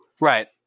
Right